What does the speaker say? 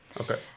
Okay